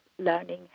learning